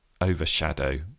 overshadow